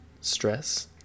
stress